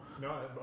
no